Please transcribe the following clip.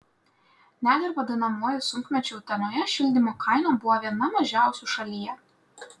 net ir vadinamuoju sunkmečiu utenoje šildymo kaina buvo viena mažiausių šalyje